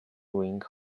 ring